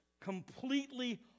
completely